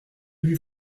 lui